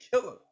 killer